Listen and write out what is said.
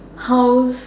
house